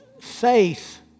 faith